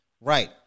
Right